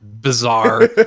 bizarre